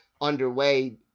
underway